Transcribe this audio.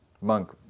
monk